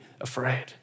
afraid